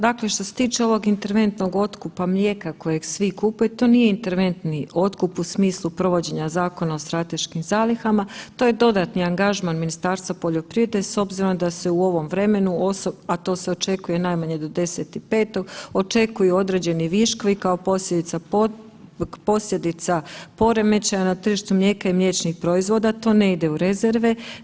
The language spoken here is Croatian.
Dakle što se tiče ovog interventnog otkupa mlijeka kojeg svi kupuju, to nije interventni otkup u smislu provođenja Zakona o strateškim zalihama, to je dodatni angažman Ministarstva poljoprivrede s obzirom da se u ovom vremenu, a to se očekuje do 10.5. očekuju određeni viškovi kao posljedica poremećaja na tržištu mlijeka i mliječnih proizvoda, to ne ide u rezerve.